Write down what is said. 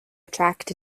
attract